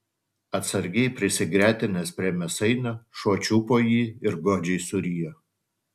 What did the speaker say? atsargiai prisigretinęs prie mėsainio šuo čiupo jį ir godžiai surijo